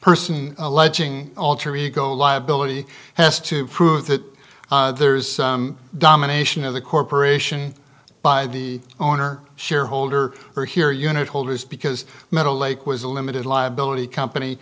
person alleging alter ego liability has to prove that there's domination of the corporation by the owner shareholder or here unit holders because metal lake was a limited liability company